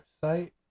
site